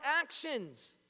actions